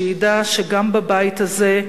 שידע שגם בבית הזה,